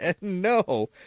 No